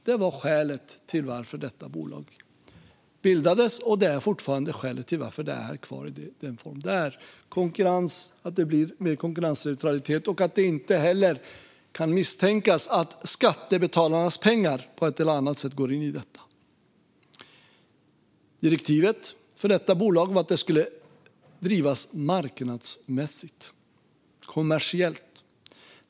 Det var skälet till att detta bolag bildades, och det är skälet till att det är kvar i den form det har - att det blir mer konkurrensneutralt och att det inte kan misstänkas att skattebetalarnas pengar på ett eller annat sätt går in i detta. Direktivet för bolaget var att det skulle drivas marknadsmässigt, kommersiellt.